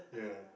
yeah